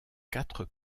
quatre